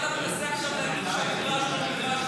אז מה אתה עכשיו מנסה להגיד שהמגרש הוא לא מגרש,